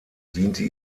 diente